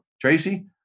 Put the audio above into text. Tracy